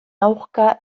aurka